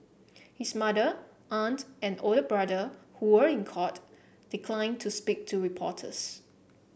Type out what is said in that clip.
his mother aunt and older brother who were in court declined to speak to reporters